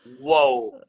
Whoa